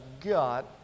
got